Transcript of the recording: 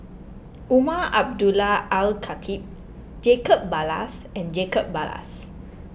Umar Abdullah Al Khatib Jacob Ballas and Jacob Ballas